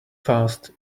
fast